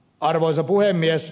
arvoisa puhemies